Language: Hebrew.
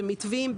במתווים,